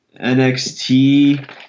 NXT